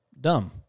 dumb